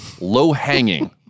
low-hanging